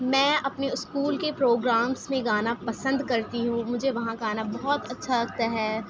میں اپنے اسکول کے پروگرامس میں گانا پسند کرتی ہوں مجھے وہاں گانا بہت اچّھا لگتا ہے